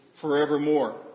forevermore